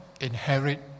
inherit